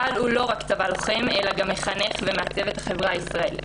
צה"ל הוא לא רק צבא לוחם אלא גם מחנך ומעצב את החברה הישראלית.